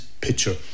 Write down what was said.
picture